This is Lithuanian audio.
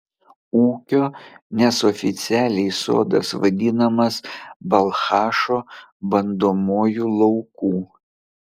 ūkio nes oficialiai sodas vadinamas balchašo bandomuoju lauku